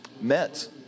Mets